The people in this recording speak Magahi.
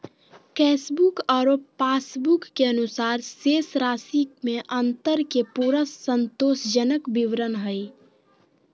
कैशबुक आरो पास बुक के अनुसार शेष राशि में अंतर के पूरा संतोषजनक विवरण हइ